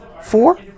four